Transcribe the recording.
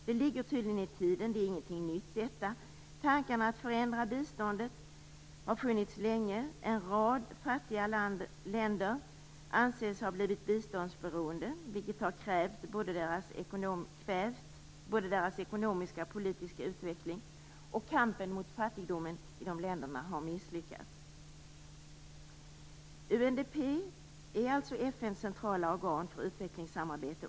Detta ligger tydligen i tiden; det är ingenting nytt. Tankarna om att förändra biståndet har funnits länge. En rad fattiga länder anses ha blivit biståndsberoende, vilket har kvävt både deras ekonomiska och politiska utveckling, och kampen mot fattigdomen i de länderna har misslyckats. UNDP är alltså FN:s centrala organ för utvecklingssamarbete.